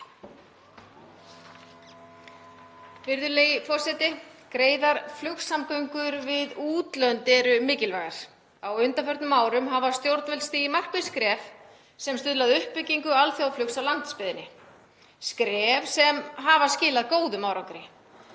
Virðulegi forseti. Greiðar flugsamgöngur við útlönd eru mikilvægar. Á undanförnum árum hafa stjórnvöld stigið markviss skref sem stuðla að uppbyggingu alþjóðaflugs á landsbyggðinni, skref sem hafa skilað góðum árangri.